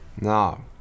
No